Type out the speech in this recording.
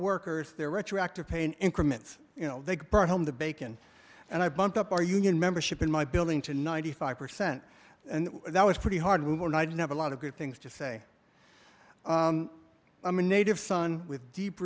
workers their retroactive pay an increment you know they brought home the bacon and i bumped up our union membership in my building to ninety five percent and that was pretty hard to mourn i didn't have a lot of good things to say i'm a native son with deep